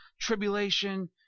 tribulation